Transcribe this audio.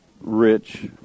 Rich